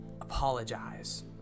apologize